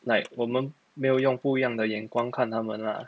like 我们没有用不一样的眼光看他们 lah